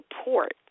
support